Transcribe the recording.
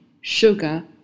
sugar